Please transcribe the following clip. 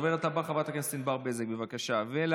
הדוברת הבאה, חברת הכנסת ענבר בזק, בבקשה.